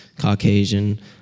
caucasian